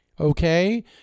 okay